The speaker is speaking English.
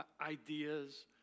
ideas